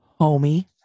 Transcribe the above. homie